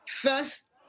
first